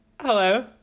Hello